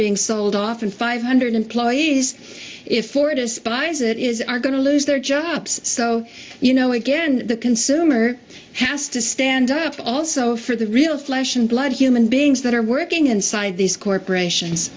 being sold off and five hundred employees if ford is buys it is are going to lose their jobs so you know again the consumer has to stand up also for the real flesh and blood human beings that are working inside these corporations